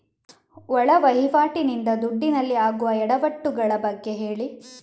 ಒಳ ವಹಿವಾಟಿ ನಿಂದ ದುಡ್ಡಿನಲ್ಲಿ ಆಗುವ ಎಡವಟ್ಟು ಗಳ ಬಗ್ಗೆ ಹೇಳಿ